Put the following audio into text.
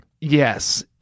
yes